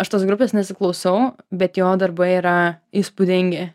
aš tos grupės nesiklausau bet jo darbai yra įspūdingi